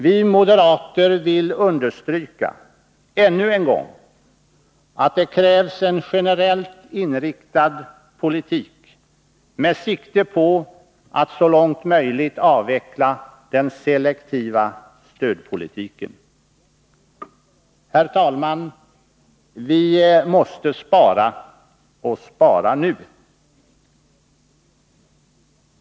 Vi moderater vill understryka — ännu en gång — att det krävs en generellt inriktad politik med sikte på att så långt möjligt avveckla den selektiva stödpolitiken. Herr talman! Vi måste spara, och spara nu.